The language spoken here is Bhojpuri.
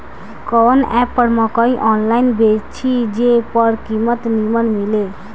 कवन एप पर मकई आनलाइन बेची जे पर कीमत नीमन मिले?